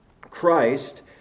Christ